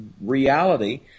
reality